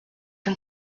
can